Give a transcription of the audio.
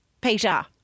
Peter